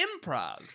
improv